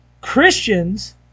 Christians